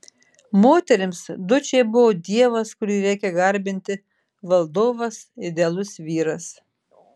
moterims dučė buvo dievas kurį reikia garbinti valdovas idealus vyras